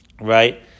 right